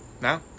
Now